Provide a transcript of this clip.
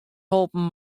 holpen